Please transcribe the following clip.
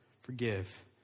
forgive